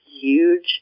huge